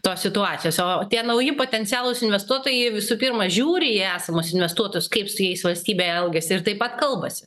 tos situacijos o tie nauji potencialūs investuotojai visų pirma žiūri į esamus investuotus kaip su jais valstybė elgiasi ir taip pat kalbasi